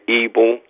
evil